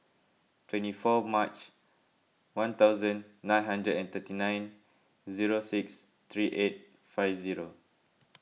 twenty four March one thousand nine hundred and thirty nine zero six three eight five zero